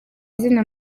izina